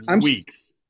weeks